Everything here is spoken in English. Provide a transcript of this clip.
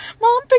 Mom